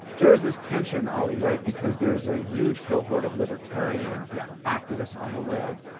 there is this tension, ali, right, because there's a huge cohort of libertarian yeah activists on the web.